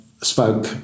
spoke